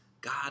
God